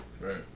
Right